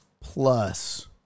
plus